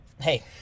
hey